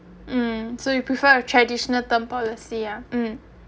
mm so you prefer a traditional term policy ah mm